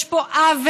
יש פה עוול.